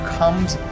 comes